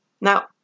Now